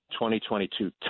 2022